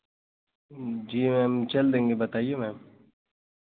जी ma'am चल देंगे बताइए मैम